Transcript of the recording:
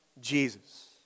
Jesus